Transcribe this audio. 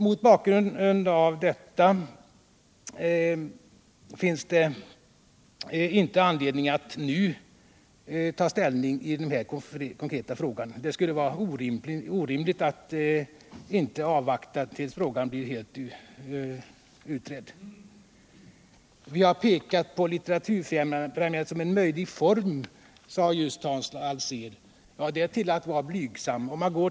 Mot bakgrund av detta finns det inte nu anledning att ta ställning i den här konkreta frågan. Det vore orimligt att inte avvakta tills frågan blir heh utredd. Vi har pekat på Litteraturfrämjandet som en möjlig form, sade Hans Alsén. Ja, det är ull att vara blygsam.